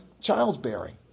childbearing